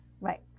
Right